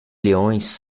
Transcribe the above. leões